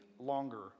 Longer